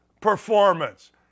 performance